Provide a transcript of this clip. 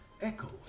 Echoes